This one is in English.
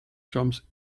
jumps